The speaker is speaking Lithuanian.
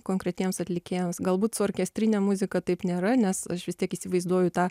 konkretiems atlikėjams galbūt su orkestrine muzika taip nėra nes aš vis tiek įsivaizduoju tą